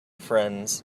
friends